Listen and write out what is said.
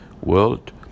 world